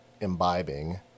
imbibing